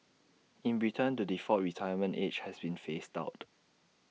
in Britain the default retirement age has been phased out